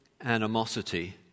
animosity